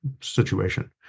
situation